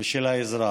ושל האזרח.